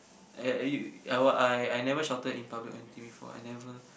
at you I were I I never shouted in public or anything before I never